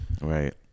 Right